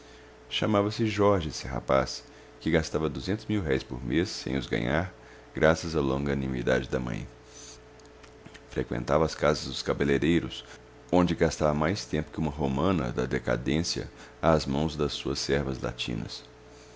chamava-se jorge esse rapaz que gastava duzentos mil-réis por mês sem os ganhar graças à longanimidade da mãe freqüentava as casas dos cabeleireiros onde gastava mais tempo que uma romana da decadência às mãos das suas servas